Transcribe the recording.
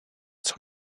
sont